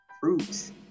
fruits